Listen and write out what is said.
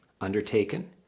undertaken